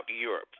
Europe